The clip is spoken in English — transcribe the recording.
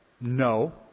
No